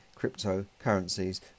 cryptocurrencies